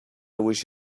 wish